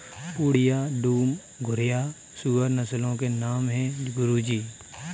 पूर्णिया, डूम, घुर्राह सूअर नस्लों के नाम है गुरु जी